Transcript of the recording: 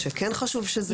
שכן חשוב שזה יחול?